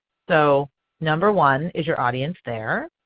so number one, is your audience there?